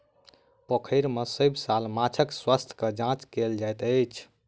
पोखैर में सभ साल माँछक स्वास्थ्य के जांच कएल जाइत अछि